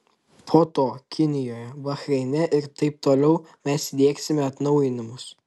po to kinijoje bahreine ir taip toliau mes įdiegsime atnaujinimus